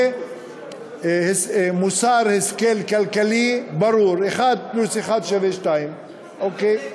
זה מוסר השכל כלכלי ברור: 1 פלוס 1 שווה 2. אוקיי?